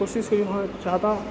कोशिश करिऔ अहाँ ज्यादा